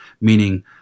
Meaning